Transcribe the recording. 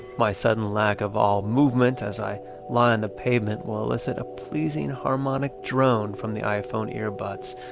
my sudden lack of all movement as i lie on the pavement will elicit a pleasing harmonic drone from the iphone earbuds,